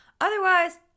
Otherwise